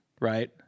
Right